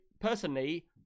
Personally